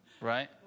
right